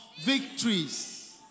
victories